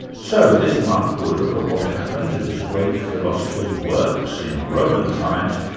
so this month, we'll look at what happened to this great philosopher's works in roman times,